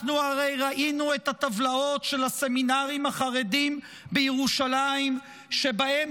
אנחנו הרי ראינו את הטבלות של הסמינרים החרדיים בירושלים שבהן